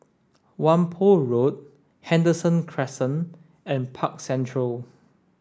Whampoa Road Henderson Crescent and Park Central